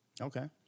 okay